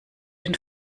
den